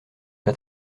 pas